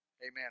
amen